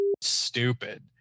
stupid